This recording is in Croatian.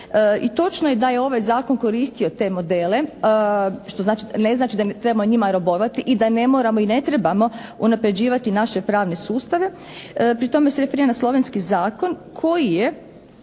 I točno je da je ovaj zakon koristio te modele što ne znači da mi trebamo njima robovati i da ne moramo i ne trebamo unapređivati naše pravne sustave. Pri tome se referiram na slovenski zakon koji je